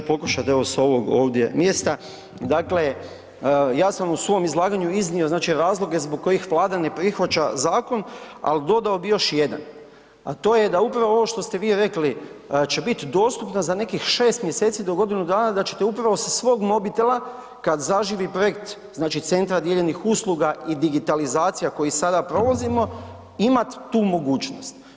Ja ću pokušati evo sa ovog ovdje mjesta, dakle ja sam u svom izlaganju iznio znači razloge zbog kojih Vlada ne prihvaća zakon, ali dodao bih još jedan, a to je da upravo ovo što ste vi rekli će biti dostupno za nekih 6 mjeseci do godinu dana da ćete upravo sa svog mobitela kad zaživi projekt znači Centra dijeljenih usluga i digitalizacija koji sada provodimo imat tu mogućnost.